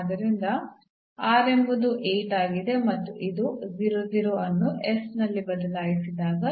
ಆದ್ದರಿಂದ ಎಂಬುದು ಆಗಿದೆ ಮತ್ತು ಇದು ನಾವು ಅನ್ನು s ನಲ್ಲಿ ಬದಲಾಯಿಸಿದಾಗ